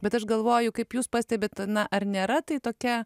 bet aš galvoju kaip jūs pastebit na ar nėra tai tokia